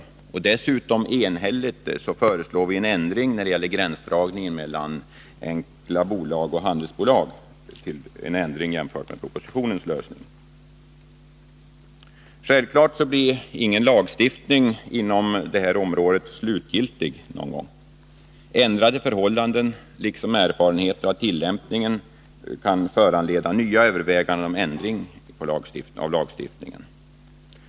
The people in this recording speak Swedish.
Dessutom föreslår vi enhälligt en ändring av propositionens lösning när det gäller gränsdragningen mellan enkla bolag och handelsbolag. Självfallet blir ingen ”agstiftning inom det här området slutgiltig någon gång. Ändrade förhållanden liksom erfarenheter av tillämpningen kan föranleda nya överväganden om ändringar i lagstiftningen.